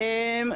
מאוחר.